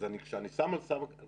אז כשאני שם על המאזניים